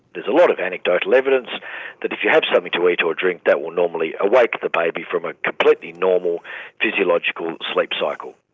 there's a lot of anecdotal evidence that if you have something to eat or drink, that will normally awake the baby from a completely normal physiological sleep cycle.